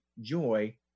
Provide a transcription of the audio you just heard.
joy